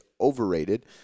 overrated